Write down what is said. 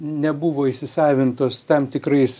nebuvo įsisavintos tam tikrais